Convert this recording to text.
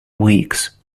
weeks